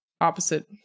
opposite